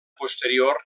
posterior